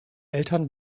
eltern